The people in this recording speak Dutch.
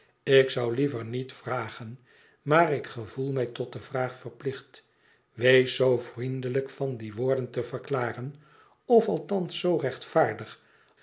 ik zou liever niet vragen maar ik gevoel tnij tot de vraag verplicht wees zoo vriendelijk van die woorden te verklaren of althans zoo rechtvaardig